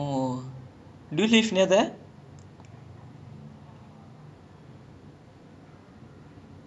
ya it it feels like because you know because you know like usually like friends err they will usually want to lepak around the area after school finish right